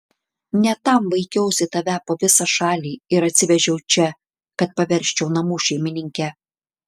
ne tam vaikiausi tave po visą šalį ir atsivežiau čia kad paversčiau namų šeimininke